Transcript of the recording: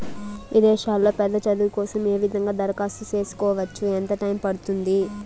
విదేశాల్లో పెద్ద చదువు కోసం ఏ విధంగా దరఖాస్తు సేసుకోవచ్చు? ఎంత టైము పడుతుంది?